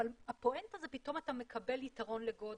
אבל הפואנטה היא שפתאום אתה מקבל יתרון לגודל.